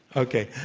okay.